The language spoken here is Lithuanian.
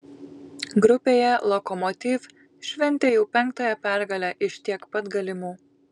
grupėje lokomotiv šventė jau penktąją pergalę iš tiek pat galimų